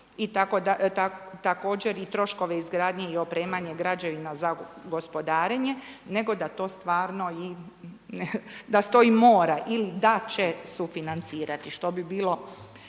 također i troškove izgradnje i opremanje građevina za gospodarenje nego da to stvarno da se to mora ili da će sufinancirati što bi bilo